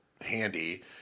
handy